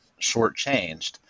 shortchanged